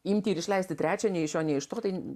imti ir išleisti trečią nei iš šio nei iš to tai